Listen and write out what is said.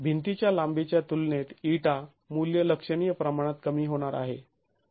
भिंतीच्या लांबीच्या तुलनेत इटा मूल्य लक्षणीय प्रमाणात कमी होणार आहे